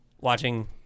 watching